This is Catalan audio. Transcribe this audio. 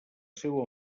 seu